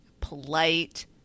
polite